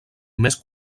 més